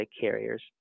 carriers